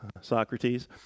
Socrates